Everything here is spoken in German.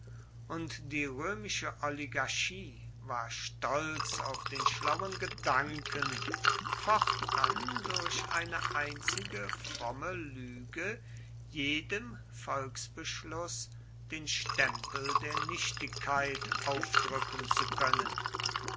und die römische oligarchie war stolz auf den schlauen gedanken fortan durch eine einzige fromme lüge jedem volksbeschluß den stempel der nichtigkeit aufdrücken zu können